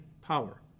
power